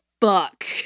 fuck